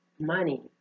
money